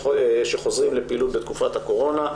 כשחוזרים לפעילות בתקופת הקורונה,